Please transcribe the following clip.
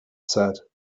said